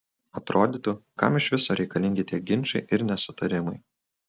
atrodytų kam iš viso reikalingi tie ginčai ir nesutarimai